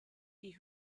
die